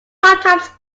sometimes